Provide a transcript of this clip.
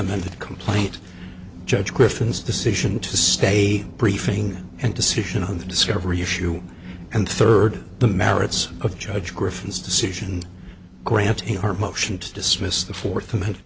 amended complaint judge griffin's decision to stay a briefing and decision on the discovery issue and third the merits of judge griffin's decision granting our motion to dismiss the fourth amendment